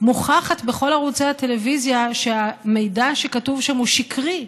מוכחת מכל ערוצי הטלוויזיה שהמידע שכתוב שם הוא שקרי,